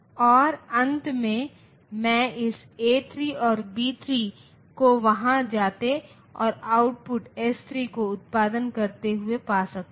और अंत में मैं इस ए 3 और बी 3 को वहां जाते और आउटपुट एस 3 का उत्पादन करते हुए पा सकता हूँ